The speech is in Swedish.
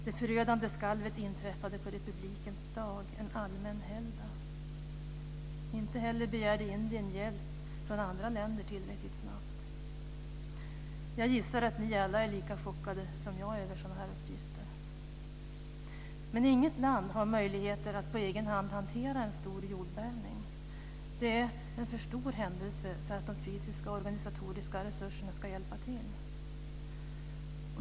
Det förödande skalvet inträffade på Republikens dag, en allmän helgdag. Inte heller begärde Indien hjälp från andra länder tillräckligt snabbt. Jag gissar att ni alla är lika chockade som jag av sådana här uppgifter. Men inget land har möjligheter att på egen hand hantera en stor jordbävning. Det är en för stor händelse för att de fysiska och organisatoriska resurserna ska räcka till.